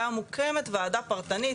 היתה מוקמת ועדה פרטנית,